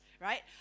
right